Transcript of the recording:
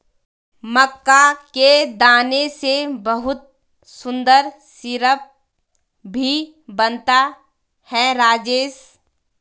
मक्का के दाने से बहुत सुंदर सिरप भी बनता है राजेश